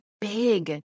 big